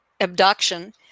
abduction